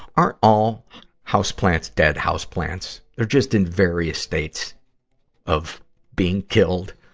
aren't all houseplants dead houseplants, or just in various states of being killed?